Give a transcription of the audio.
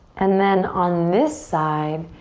and then on this side,